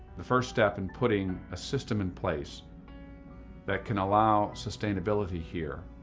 the first step in putting a system in place that can allow sustainability here